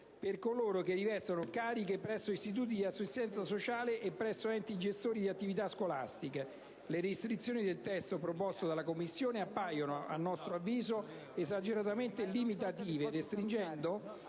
Comitato di chi rivesta cariche presso istituti di assistenza sociale ed enti gestori di attività scolastiche. Le restrizioni del testo proposto dalla Commissione a nostro avviso appaiono esageratamente limitative, restringendo